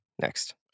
next